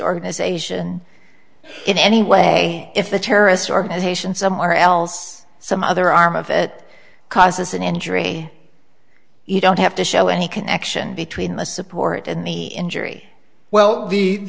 organization in any way if a terrorist organization somewhere else some other arm of it causes an injury you don't have to show any connection between the support and the injury well